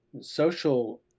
social